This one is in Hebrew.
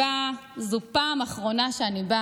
// כל פעם לקצין אני נשבע / זו פעם אחרונה שאני בא